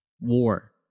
war